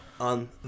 on